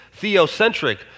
theocentric